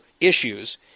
issues